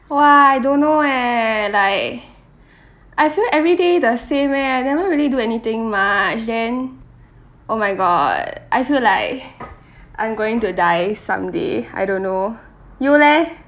!wah! I don't know eh like I feel everyday the same eh I never really do anything much then oh my god I feel like I am going to die some day I don't know you leh